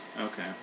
Okay